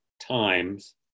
times